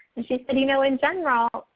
and she said, you know, in general,